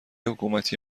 حکومتی